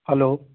hello